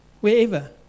wherever